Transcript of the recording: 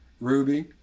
Ruby